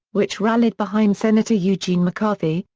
which rallied behind senator eugene mccarthy,